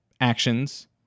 actions